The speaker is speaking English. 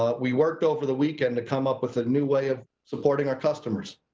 ah we worked over the weekend to come up with a new way of supporting our customers.